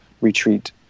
Retreat